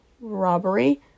robbery